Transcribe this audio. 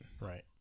Right